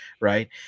right